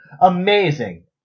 Amazing